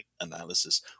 analysis